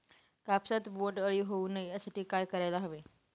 कापसात बोंडअळी होऊ नये यासाठी काय करायला हवे?